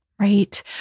right